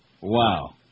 Wow